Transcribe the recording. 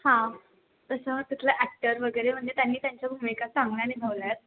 हा तसं त्यातला ॲक्टर वगैरे म्हणजे त्यांनी त्यांच्या भूमिका चांगल्या निभावल्या आहेत